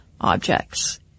objects